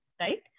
right